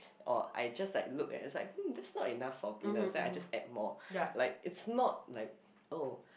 or I just like look and it's like hmm that's not enough saltiness then I just add more like it's not like oh